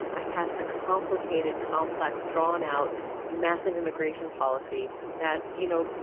i passed a complicated, complex, drawn-out massive immigration policy that, you know,